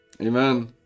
Amen